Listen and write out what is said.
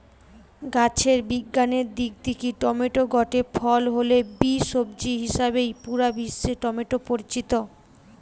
গাছের বিজ্ঞানের দিক দিকি টমেটো গটে ফল হলে বি, সবজি হিসাবেই পুরা বিশ্বে টমেটো পরিচিত